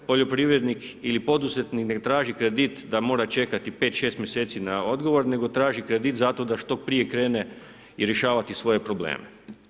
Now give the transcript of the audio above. Poljoprivrednik ili poduzetnik ne traži kredit da mora čekati pet, šest mjeseci na odgovor, nego traži kredit zato da što prije krene rješavati svoje probleme.